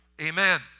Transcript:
Amen